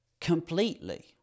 completely